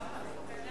הנחה מדמי ניהול וחובת